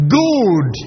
good